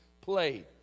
played